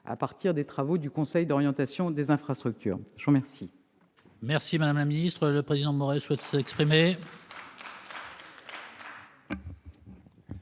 à partir des travaux du Conseil d'orientation des infrastructures. La parole